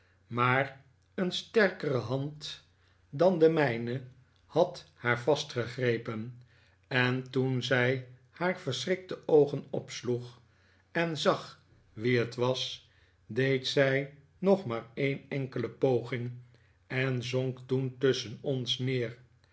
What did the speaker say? maar een sterkere hand dan de mijne had haar vastgegrepen en toen zij haar verschrikte oogen opsloeg en zag wie het was deed zij nog maar een enkele poging en zonk toen tusschen ons neer